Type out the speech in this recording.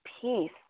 peace